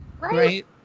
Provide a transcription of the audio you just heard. Right